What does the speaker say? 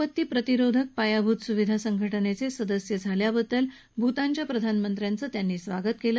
आपत्ती प्रतिरोधक पायाभूत सुविधा संघटनेचे सदस्य झाल्याबद्दल भूतानच्या प्रधानमंत्र्यांचं त्यांनी स्वागत केलं